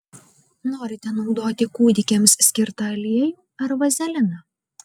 norite naudoti kūdikiams skirtą aliejų ar vazeliną